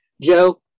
Joe